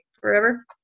forever